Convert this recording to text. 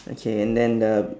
okay and then the